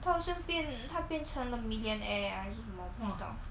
他好像变他变成了 millionaire ah 还是什么不知道